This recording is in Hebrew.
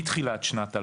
מתחילת שנת 2023,